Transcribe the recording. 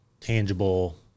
tangible